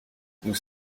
nous